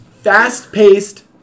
fast-paced